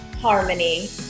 Harmony